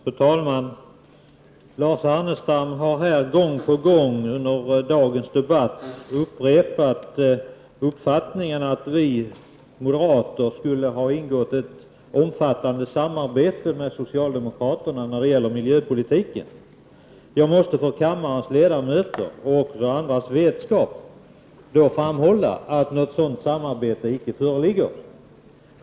Fru talman! Lars Ernestam har under dagens debatt gång på gång upprepat sin uppfattning att vi moderater skulle ha ingått ett omfattande samarbete med socialdemokraterna när det gäller miljöpolitiken. Jag måste då för kammarens ledamöters och alla andras vetskap framhålla att något sådant samarbete icke föreligger.